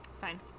Fine